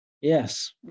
Yes